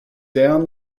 down